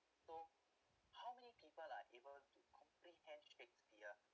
so how many people are able to comprehend shakespeare